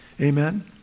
amen